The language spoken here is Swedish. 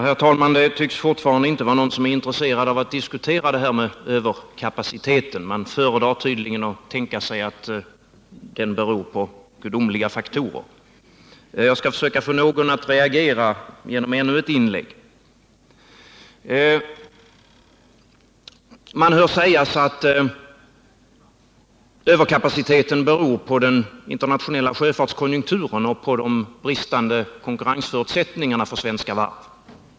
Herr talman! Det tycks fortfarande inte vara någon som är intresserad av att diskutera överkapaciteten. Man föredrar tydligen att tänka sig att den beror på gudomliga faktorer. Jag skall försöka få någon att reagera genom att göra ännu ett inlägg. Man hör sägas att överkapaciteten beror på den internationella sjöfartskonjunkturen och på de bristande konkurrensförutsättningarna för svenska varv.